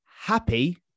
Happy